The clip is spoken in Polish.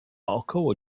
około